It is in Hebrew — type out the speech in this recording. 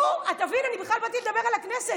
אל תגיעי לספסלים האחוריים.